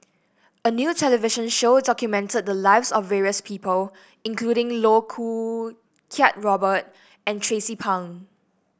a new television show documented the lives of various people including Loh Choo Kiat Robert and Tracie Pang